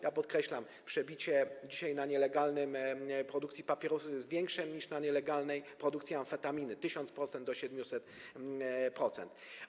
Ja podkreślam, dzisiaj przebicie na nielegalnej produkcji papierosów jest większe niż na nielegalnej produkcji amfetaminy, 1000% do 700%.